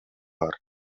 бар